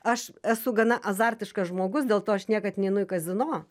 aš esu gana azartiškas žmogus dėl to aš niekad neinu į kazino